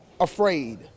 afraid